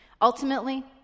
Ultimately